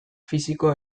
fisiko